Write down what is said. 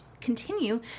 continue